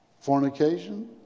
Fornication